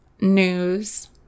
news